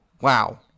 Wow